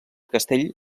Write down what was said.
castell